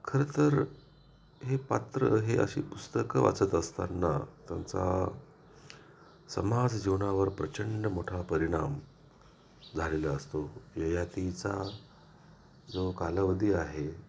खरंतर हे पात्र हे अशी पुस्तकं वाचत असताना त्यांचा समाज जीवनावर प्रचंड मोठा परिणाम झालेला असतो ययातीचा जो कालावधी आहे